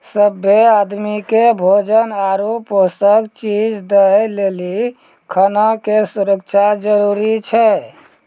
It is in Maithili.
सभ्भे आदमी के भोजन आरु पोषक चीज दय लेली खाना के सुरक्षा जरूरी छै